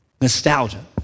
Nostalgia